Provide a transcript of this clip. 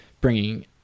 bringing